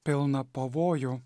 pilną pavojų